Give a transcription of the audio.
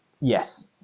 yes